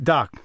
Doc